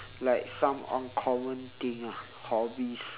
like some uncommon thing ah hobbies